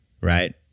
right